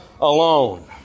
alone